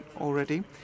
already